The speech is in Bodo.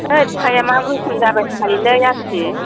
होथ साहाया मा गोसोम जाबाय थायोलै आसि